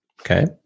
Okay